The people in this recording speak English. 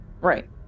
Right